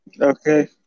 Okay